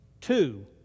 Two